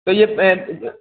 तो यह